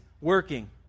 working